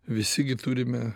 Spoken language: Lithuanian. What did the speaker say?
visi gi turime